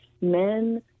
Men